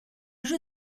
jeu